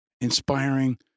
inspiring